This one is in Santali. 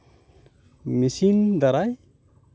ᱢᱮᱹᱥᱤᱱ ᱫᱟᱨᱟᱭ